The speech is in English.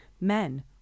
men